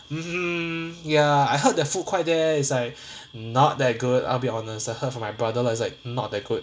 mmhmm ya I heard the food quite there is like not that good I'll be honest I heard from my brother lah it's like not that good